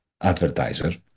advertiser